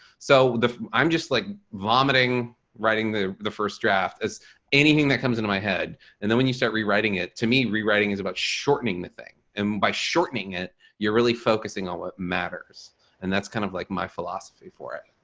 so, the i'm just like vomiting writing the the first draft as anything that comes into my head and then when you start rewriting it to me rewriting is about shortening the thing and by shortening it you're really focusing on what matters and that's kind of like my philosophy for it.